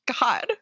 God